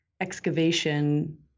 excavation